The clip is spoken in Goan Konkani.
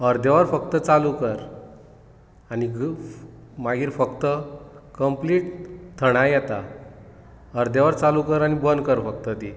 अर्दे वर फक्त चालू कर आनी मागीर फक्त कंप्लिट थंडाय येता अर्दे वर चालू कर आनी बंद कर फक्त ती